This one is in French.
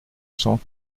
cents